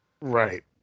Right